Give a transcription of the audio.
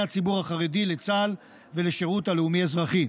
הציבור החרדי לצה"ל ולשירות הלאומי-אזרחי.